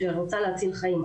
כי אני רוצה להציל חיים,